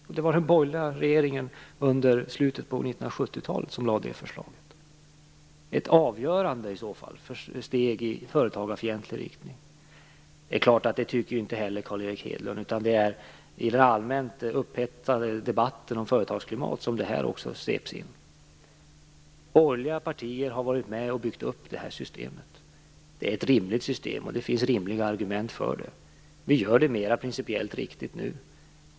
Jo, det var den borgerliga regeringen i slutet av 1970 talet som lade fram det förslaget, som var ett avgörande steg, i så fall, i företagarfientlig riktning. Det är klart att Carl Erik Hedlund inte heller tycker det, utan det är i den allmänt upphetsade debatten om företagsklimatet som detta också sveps in. Borgerliga partier har varit med och byggt upp detta system. Det är ett rimligt system, och det finns rimliga argument för det. Vi gör det mera principiellt riktigt nu.